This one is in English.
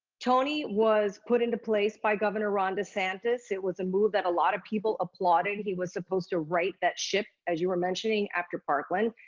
tony was put into place by governor ron desantis. it was a move that a lot of people applauded. he was supposed to right that ship as you were mentioning, after parkland.